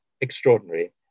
extraordinary